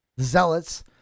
Zealots